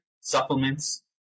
Supplements